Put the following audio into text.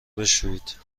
بشویید